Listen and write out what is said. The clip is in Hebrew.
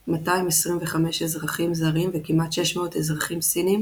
225 אזרחים זרים וכמעט 600 אזרחים סינים